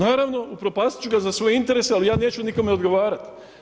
Naravno upropastiti ću ga za svoje interese ali ja neću nikome odgovarati.